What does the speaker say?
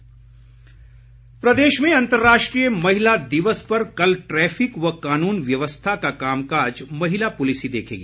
DGP प्रदेश में अंतर्राष्ट्रीय महिला दिवस पर कल ट्रैफिक व कानून व्यवस्था का कामकाज महिला पुलिस ही देखेगी